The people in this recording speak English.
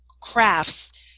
crafts